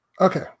Okay